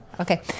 Okay